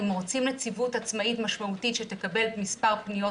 אם רוצים נציבות עצמאית משמעותית שתקבל מספר פניות